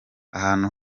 ahantu